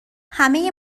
همه